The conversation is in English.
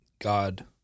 God